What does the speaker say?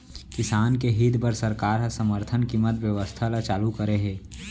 किसान के हित बर सरकार ह समरथन कीमत बेवस्था ल चालू करे हे